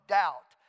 doubt